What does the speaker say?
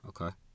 Okay